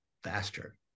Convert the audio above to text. faster